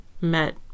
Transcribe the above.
met